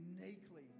uniquely